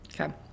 Okay